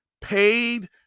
paid